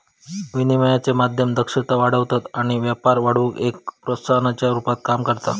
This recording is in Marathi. विनिमयाचे माध्यम दक्षता वाढवतत आणि व्यापार वाढवुक एक प्रोत्साहनाच्या रुपात काम करता